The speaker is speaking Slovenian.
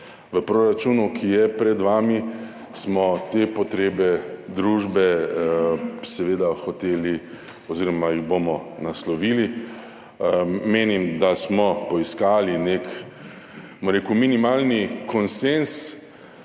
V proračunu, ki je pred vami, smo te potrebe družbe seveda hoteli oziroma jih bomo naslovili. Menim, da smo poiskali nek minimalen konsenz,